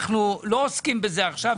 אנחנו לא עוסקים בזה עכשיו.